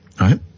right